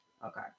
okay